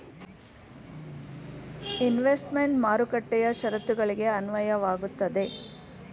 investment ಮಾರುಕಟ್ಟೆಯ ಶರತ್ತುಗಳಿಗೆ ಅನ್ವಯವಾಗುತ್ತದೆ